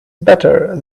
better